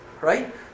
right